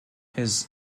his